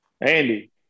Andy